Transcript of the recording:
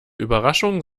überraschung